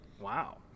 Wow